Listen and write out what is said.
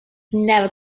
never